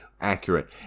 accurate